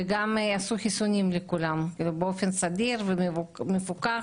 וגם עשו חיסונים לכולם באופן סדיר ומפוקח.